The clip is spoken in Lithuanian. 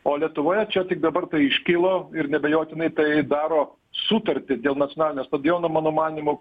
o lietuvoje čia tik dabar iškilo ir neabejotinai tai daro sutartį dėl nacionalinio stadiono mano manymu